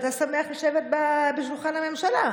שאתה שמח לשבת בשולחן הממשלה,